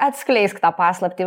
atskleisk tą paslaptį